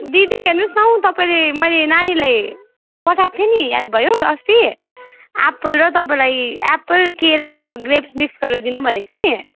दिदी हेर्नुहोस् न हो तपाईँले मैले नानीलाई पठाएको थिएँ नि याद भयो अस्ति एप्पल र तपाईँलाई एप्पल केरा ग्र्याप्स मिक्स गरेर दिनु भनेको थिएँ नि